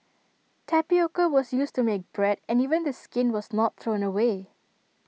tapioca was used to make bread and even the skin was not thrown away